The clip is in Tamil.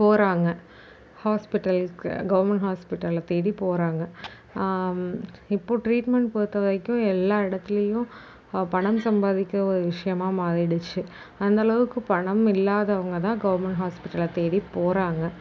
போறாங்க ஹாஸ்பிட்டலுக்கு கவர்மெண்ட் ஹாஸ்பிட்டலை தேடி போறாங்க இப்போது ட்ரீட்மெண்ட் பொருத்த வரைக்கும் எல்லா இடத்லியும் பணம் சம்பாதிக்க விஷயமாக மாறிடுச்சு அந்தளவுக்கு பணம் இல்லாதவங்கள்தான் கவர்மெண்ட் ஹாஸ்பிட்டலை தேடி போகிறாங்க